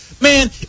Man